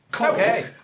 okay